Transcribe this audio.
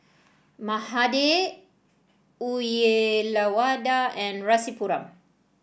Mahade Uyyalawada and Rasipuram